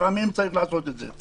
לפעמים צריך לעשות את זה.